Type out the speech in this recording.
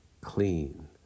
clean